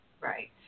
Right